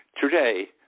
Today